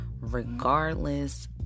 regardless